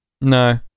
No